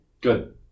Good